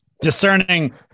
discerning